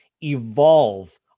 evolve